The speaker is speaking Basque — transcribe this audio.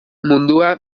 mundua